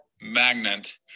magnet